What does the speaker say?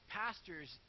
pastors